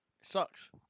Sucks